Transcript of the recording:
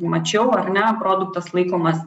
mačiau arne produktas laikomas